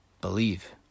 believe